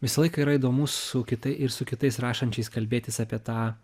visą laiką yra įdomu su kitai ir su kitais rašančiais kalbėtis apie tą